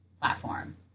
platform